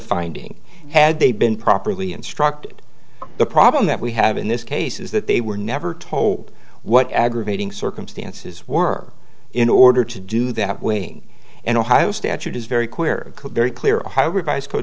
finding had they been properly instructed the problem that we have in this case is that they were never told what aggravating circumstances were in order to do that wing and ohio statute is very queer very clear